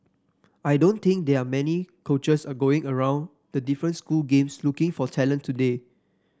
I don't think there are many coaches a going around the different school games looking for talent today